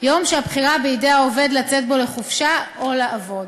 יום שהבחירה בידי העובד לצאת בו לחופשה או לעבוד.